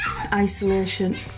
isolation